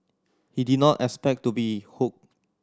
he did not expect to be hooked